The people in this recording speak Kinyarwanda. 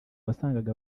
wasangaga